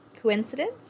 Coincidence